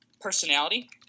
personality